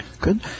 Good